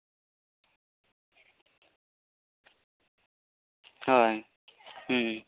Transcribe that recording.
ᱦᱚᱭ ᱦᱩᱸ